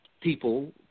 People